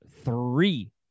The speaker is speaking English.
three